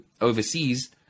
overseas